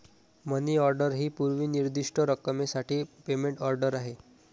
मनी order ही पूर्व निर्दिष्ट रकमेसाठी पेमेंट ऑर्डर आहे